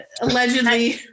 allegedly